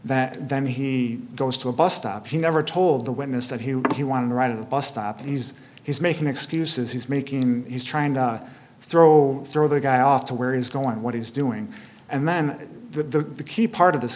that then he goes to a bus stop he never told the witness that he would he want to ride a bus stop and he's he's making excuses he's making he's trying to throw throw the guy off to where he's going what he's doing and then the key part of this